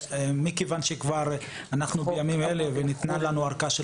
מכיוון שבימים אלה ניתנה לנו ארכה של